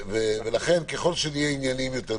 ככל שנהיה ענייניים יותר,